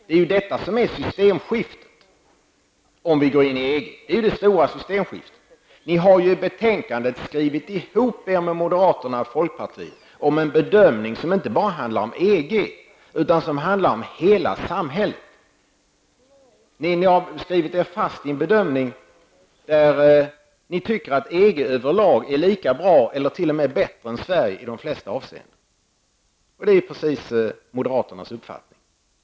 Det stora systemskiftet kommer ju när vi går in i EG. Socialdemokraterna har i betänkandet skrivit ihop sig med moderaterna och folkpartiet om en bedömning som inte bara handlar om EG, utan som handlar om hela samhället. De har skrivit fast sig i en bedöming där de tycker att EG överlag är lika bra eller t.o.m. bättre än Sverige i de flesta avseenden. Det är precis moderaternas uppfattning.